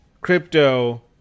crypto